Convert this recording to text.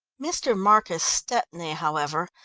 mr. marcus stepney, however,